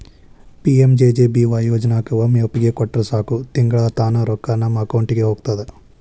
PMJJBY ಯೋಜನಾಕ ಒಮ್ಮೆ ಒಪ್ಪಿಗೆ ಕೊಟ್ರ ಸಾಕು ತಿಂಗಳಾ ತಾನ ರೊಕ್ಕಾ ನಮ್ಮ ಅಕೌಂಟಿದ ಹೋಗ್ತದ